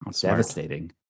Devastating